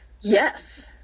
Yes